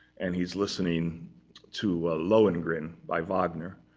and he's listening to lohengrin by wagner.